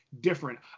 different